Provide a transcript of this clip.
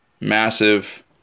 massive